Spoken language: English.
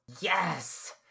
Yes